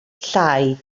llai